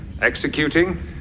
executing